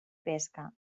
pesca